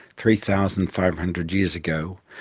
three thousand five hundred years ago,